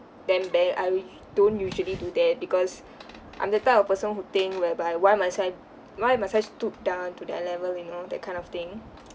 them back I will don't usually do that because I'm the type of person who think whereby why must I why must I stoop down to their level you know that kind of thing